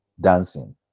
dancing